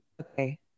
Okay